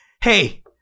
hey